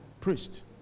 priest